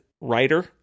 writer